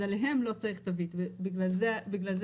אז עליהם לא צריך את ה --- ובגלל זה הקישור.